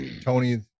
Tony